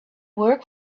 work